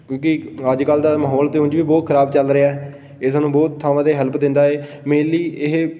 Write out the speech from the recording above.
ਕਿਉਂਕਿ ਅੱਜ ਕੱਲ੍ਹ ਦਾ ਮਾਹੌਲ ਤਾਂ ਉਂਝ ਵੀ ਬਹੁਤ ਖਰਾਬ ਚੱਲ ਰਿਹਾ ਇਹ ਸਾਨੂੰ ਬਹੁਤ ਥਾਵਾਂ 'ਤੇ ਹੈਲਪ ਦਿੰਦਾ ਹੈ ਮੇਨਲੀ ਇਹ